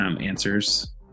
answers